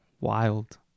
Wild